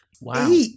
Wow